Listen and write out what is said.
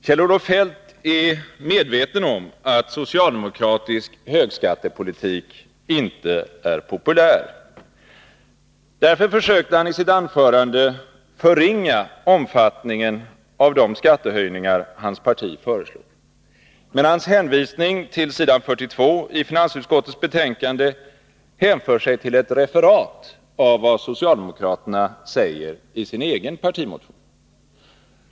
Kjell-Olof Feldt är medveten om att socialdemokratisk högskattepolitik inte är populär. Därför försökte han i sitt anförande förringa omfattningen av de skattehöjningar som hans parti föreslår. Men hans hänvisning till s. 42 i finansutskottets betänkande hänför sig till ett referat av vad socialdemokraterna säger i sin egen partimotion.